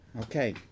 okay